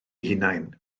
hunain